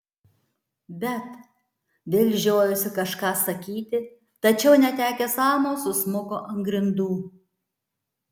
bet vėl žiojosi kažką sakyti tačiau netekęs amo susmuko ant grindų